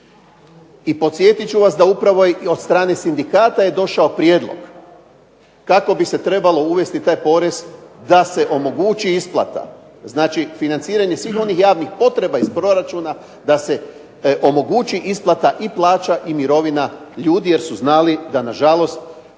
I podsjetit ću vas da upravo i od strane sindikata je došao prijedlog kako bi se trebao uvesti taj porez da se omogući isplata. Znači financiranje svih onih javnih potreba iz proračuna da se omogući isplata i plaća i mirovina ljudi jer su znali da nažalost